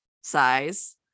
size